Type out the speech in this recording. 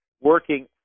working